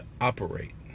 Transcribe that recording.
operate